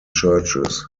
churches